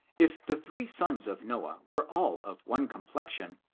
if the three sons of noah were all of one complex ion,